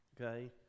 okay